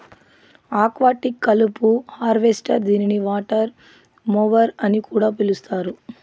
aquatic కలుపు harvester దీనిని water mower అని కూడా పిలుస్తారు